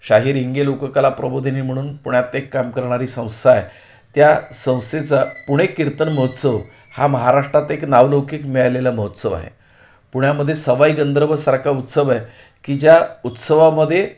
शाहीर हिंगे लोककला प्रबोधिनी म्हणून पुण्यात एक काम करणारी संस्था आहे त्या संस्थेचा पुणे कीर्तन महोत्सव हा महाराष्ट्रात एक नावलौकिक मिळालेला महोत्सव आहे पुण्यामध्ये सवाई गंधर्वसारखा उत्सव आहे की ज्या उत्सवामध्ये